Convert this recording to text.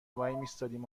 وایمیستادیم